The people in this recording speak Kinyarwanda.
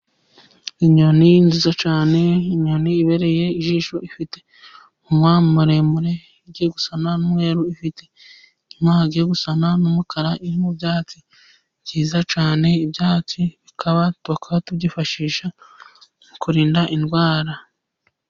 Inyoni nziza cyane, inyoni ibereye ijisho. Ifite umunwa muremure igiye gusa n'umweru, ifite inyuma hagiye gusa n'umukara, iri mu byatsi byiza cyane. Ibyatsi bikaba tubyifashisha mu kurinda indwara.